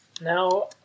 Now